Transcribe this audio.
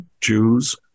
Jews